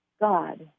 God